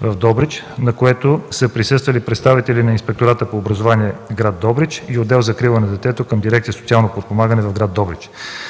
в Добрич, на което са присъствали представители на Инспектората по образование в град Добрич и отдел „Закрила на детето” към дирекция „Социално подпомагане” в град Добрич.